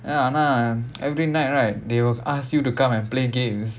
ya ஆனா:aanaa every night right they will ask you to come and play games